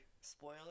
spoiler